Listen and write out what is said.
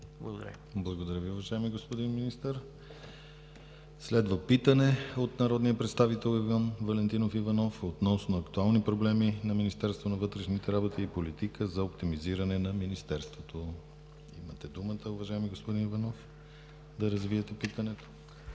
Благодаря Ви, уважаеми господин Министър. Следва питане от народния представител Иван Валентинов Иванов относно актуални проблеми на Министерство на вътрешните работи и политика за оптимизиране на Министерството. Имате думата, уважаеми господин Иванов, да развиете питането.